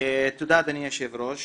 תודה אדוני היושב-ראש.